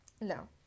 No